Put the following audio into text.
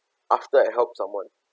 after I help someone